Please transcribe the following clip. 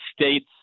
States